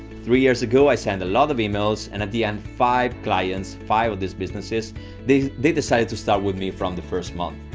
three years ago i send a lot of emails and at the end five clients, five of these businesses they they decided to start with me from the first month.